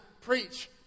preach